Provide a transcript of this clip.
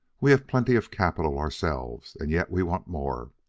we have plenty of capital ourselves, and yet we want more.